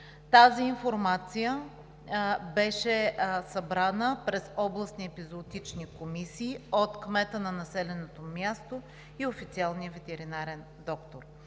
Тази информация беше събрана през областни епизоотични комисии от кмета на населеното място и официалния ветеринарен доктор.